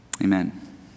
Amen